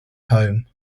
home